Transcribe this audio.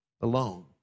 alone